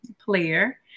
player